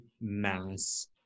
mass